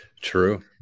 true